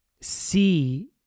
see